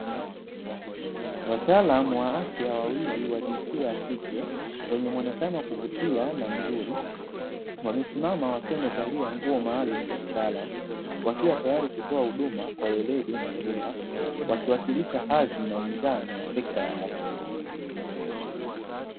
Wataalamu wa afya wawili wa jinsia ya kike wenye muonekano wa kuvutia na mzuri wamesimama wakiwa wamevalia nguo maalumu, za kitaalam wakiwa tayari kutoa huduma kwa weledi na huruma, wakiwakilisha hadhi na mizani ya sekta ya afya.